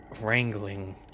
wrangling